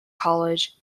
college